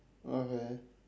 okay